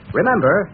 Remember